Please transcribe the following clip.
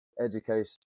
education